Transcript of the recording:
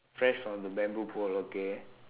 fresh from the bamboo pole okay